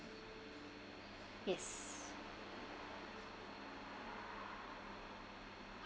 yes